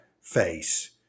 face